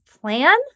plan